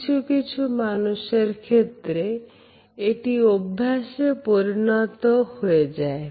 কিছু কিছু মানুষের ক্ষেত্রে এটি অভ্যাসে পরিণত হয়ে যায়